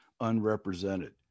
unrepresented